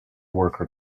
worker